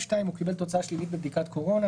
הוא קיבל תוצאה שלילית בבדיקת קורונה,